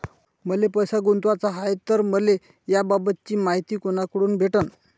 मले पैसा गुंतवाचा हाय तर मले याबाबतीची मायती कुनाकडून भेटन?